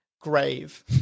grave